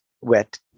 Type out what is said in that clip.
wet